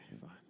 fine